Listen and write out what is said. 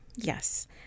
Yes